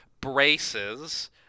braces